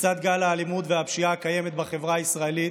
לצד גל האלימות והפשיעה הקיים בחברה הישראלית,